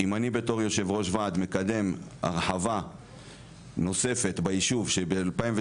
אם אני בתור יושב ראש ועד מקדם הרחבה נוספת ביישוב שב-2013